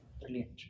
Brilliant